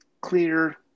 clear